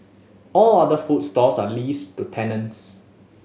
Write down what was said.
all other food stalls are leased to tenants